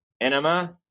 Enema